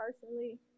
personally